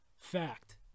Fact